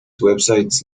website